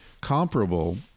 comparable